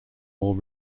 more